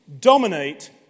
dominate